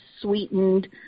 sweetened